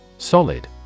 Solid